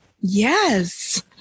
Yes